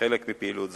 חלק מפעילות זו.